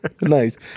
Nice